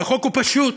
והחוק הוא פשוט,